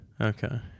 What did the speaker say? Okay